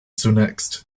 zunächst